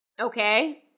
Okay